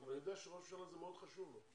--- אבל אני יודע שזה מאוד חשוב לראש הממשלה.